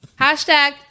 Hashtag